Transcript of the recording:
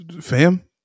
fam